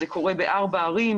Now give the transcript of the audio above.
זה קורה בארבע ערים,